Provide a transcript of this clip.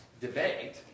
debate